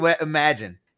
Imagine